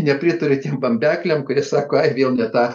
nepritariu tiem bambekliam kurie sako ai vėl ne tą